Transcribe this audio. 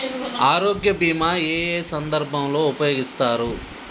ఆరోగ్య బీమా ఏ ఏ సందర్భంలో ఉపయోగిస్తారు?